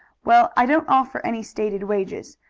well, i don't offer any stated wages.